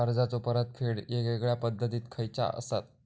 कर्जाचो परतफेड येगयेगल्या पद्धती खयच्या असात?